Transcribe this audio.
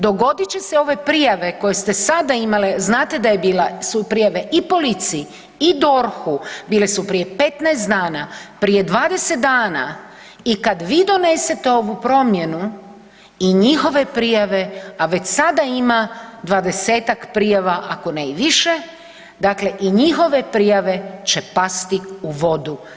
Dogodit će se ove prijave koje ste sada imale, znate da je bila, su prijave i policiji i DORH-u, bile su prije 15 dana, prije 20 dana i kad vi donesete ovu promjenu i njihove prijave, a već sada ima 20-tak prijava ako ne i više, dakle i njihove prijave će pasti u vodu.